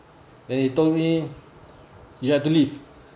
then he told me you have to leave